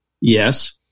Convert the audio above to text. Yes